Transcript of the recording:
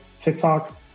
TikTok